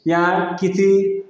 या किसी